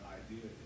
idea